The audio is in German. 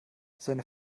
seine